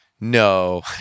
No